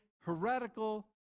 heretical